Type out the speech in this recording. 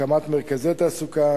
הקמת מרכזי תעסוקה,